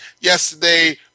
Yesterday